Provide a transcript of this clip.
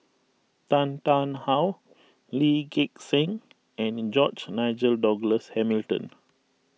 Tan Tarn How Lee Gek Seng and George Nigel Douglas Hamilton